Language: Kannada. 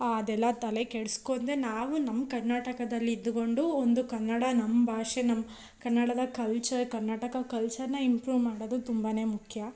ಅದೆಲ್ಲ ತಲೆ ಕೆಡ್ಸ್ಕೊಂಡೇ ನಾವು ನಮ್ಮ ಕರ್ನಾಟಕದಲ್ಲಿದ್ದುಕೊಂಡು ಒಂದು ಕನ್ನಡ ನಮ್ಮ ಭಾಷೆ ನಮ್ಮ ಕನ್ನಡದ ಕಲ್ಚರ್ ಕರ್ನಾಟಕ ಕಲ್ಚರನ್ನ ಇಂಪ್ರೂವ್ ಮಾಡೋದು ತುಂಬಾ ಮುಖ್ಯ